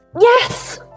Yes